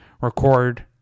record